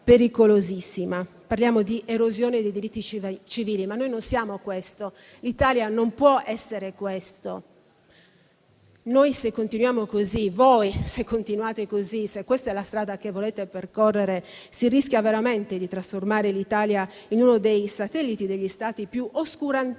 Parliamo di erosione dei diritti civili, ma noi non siamo questo, l'Italia non può essere questo. Se continuate così, se questa è la strada che volete percorrere, si rischia veramente di trasformare l'Italia in uno dei satelliti degli Stati più oscurantisti